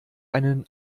einen